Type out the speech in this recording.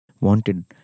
wanted